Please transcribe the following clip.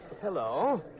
hello